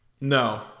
No